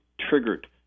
triggered